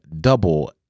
double